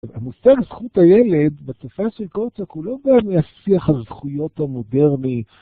המושג זכות הילד בתקופה של קורצ'ק הוא לא בא מהשיח על זכויות המודרני